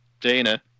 Dana